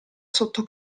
sotto